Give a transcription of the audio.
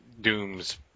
Dooms